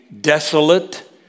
desolate